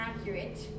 accurate